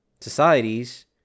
societies